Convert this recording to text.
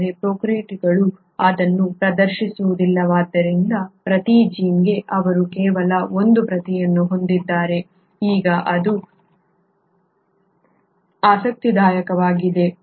ಆದರೆ ಪ್ರೊಕಾರ್ಯೋಟ್ಗಳು ಅದನ್ನು ಪ್ರದರ್ಶಿಸುವುದಿಲ್ಲವಾದ್ದರಿಂದ ಪ್ರತಿ ಜೀನ್ಗೆ ಅವರು ಕೇವಲ ಒಂದು ಪ್ರತಿಯನ್ನು ಹೊಂದಿದ್ದಾರೆ ಈಗ ಅದು ಆಸಕ್ತಿದಾಯಕವಾಗಿದೆ